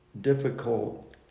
difficult